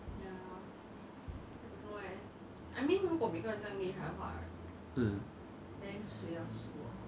I mean at first he tried to go on forums and then 自己去训练啊 he learn then he try to meet people but after a while